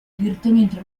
direttamente